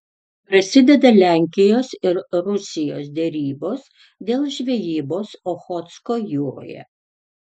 prasideda lenkijos ir rusijos derybos dėl žvejybos ochotsko jūroje